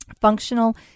Functional